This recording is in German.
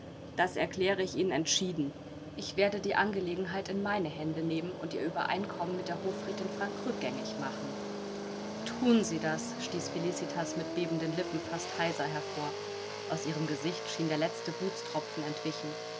das erkläre ich ihnen entschieden ich werde die angelegenheit in meine hände nehmen und ihr uebereinkommen mit der hofrätin frank rückgängig machen thun sie das stieß felicitas mit bebenden lippen fast heiser hervor aus ihrem gesicht schien der letzte blutstropfen entwichen